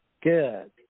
Good